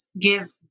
give